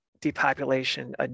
depopulation